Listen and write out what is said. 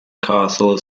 castle